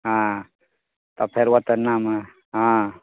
हँ तब फेर ओतऽ नाम हँ